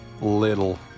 Little